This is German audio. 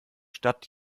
stadt